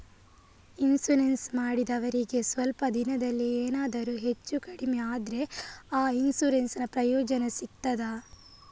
Insurance ಮಾಡಿದವರಿಗೆ ಸ್ವಲ್ಪ ದಿನದಲ್ಲಿಯೇ ಎನಾದರೂ ಹೆಚ್ಚು ಕಡಿಮೆ ಆದ್ರೆ ಆ ಇನ್ಸೂರೆನ್ಸ್ ನ ಪ್ರಯೋಜನ ಸಿಗ್ತದ?